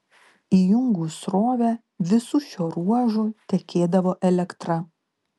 įjungus srovę visu šiuo ruožu tekėdavo elektra